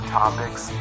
topics